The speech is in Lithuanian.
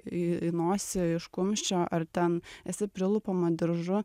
į nosį iš kumščio ar ten esi prilupama diržu